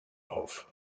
auf